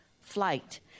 flight